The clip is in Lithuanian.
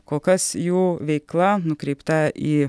kol kas jų veikla nukreipta į